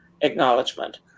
Acknowledgement